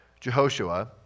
Jehoshua